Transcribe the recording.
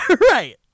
Right